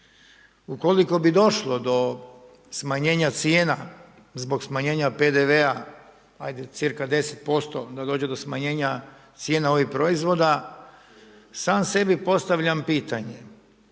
Ukoliko bi došlo do smanjenja cijena zbog smanjenja PDV-a, ajde cca 10% da dođe do smanjenja cijena ovih proizvoda sam sebi postavljam pitanje,